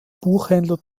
buchhändler